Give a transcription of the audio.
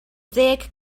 ddeg